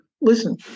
listen